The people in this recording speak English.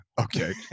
okay